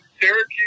Syracuse